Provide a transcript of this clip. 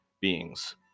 beings